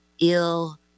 ill